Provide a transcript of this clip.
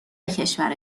کشور